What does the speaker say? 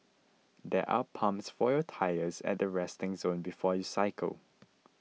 there are pumps for your tyres at the resting zone before you cycle